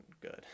good